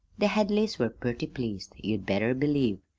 the hadleys were purty pleased, you'd better believe.